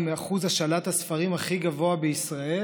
אחוז השאלת הספרים הכי גבוה בישראל,